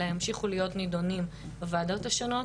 אלא ימשיכו להיות נידונים בוועדות השונות.